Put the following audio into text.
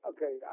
Okay